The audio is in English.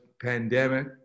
pandemic